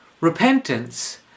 Repentance